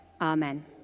Amen